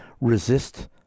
resist